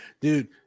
dude